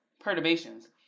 perturbations